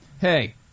Hey